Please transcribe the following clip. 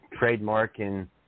Trademarking